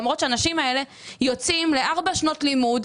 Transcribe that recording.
למרות שהאנשים האלה יוצאים לארבע שנות לימוד